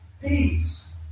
Peace